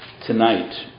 tonight